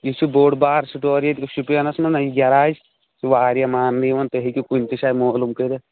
یہِ چھُ بوٚڈ بارٕ سِٹور ییٚتہِ شُپینَس منٛز نا گیراج یہِ چھُ واریاہ ماننہٕ یِوان تُہۍ ہیٚکِو کُنہِ تہِ جایہِ مولوٗم کٔرِتھ